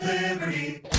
Liberty